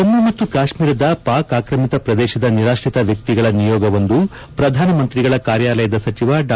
ಜಮ್ಮ ಮತ್ತು ಕಾಶ್ಮೀರದ ಪಾಕ್ ಆಕ್ರಮಿತ ಪ್ರದೇಶದ ನಿರಾಶ್ರಿತ ವ್ಯಕ್ತಿಗಳ ನಿಯೋಗವೊಂದು ಪ್ರಧಾನಮಂತ್ರಿಗಳ ಕಾರ್ಕಾಲಯದ ಸಚಿವ ಡಾ